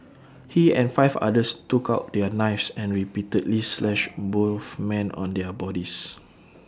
he and five others took out their knives and repeatedly slashed both men on their bodies